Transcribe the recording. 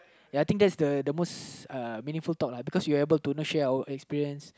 ya I think that's the the most uh meaningful talk lah because we are able to you know share our experience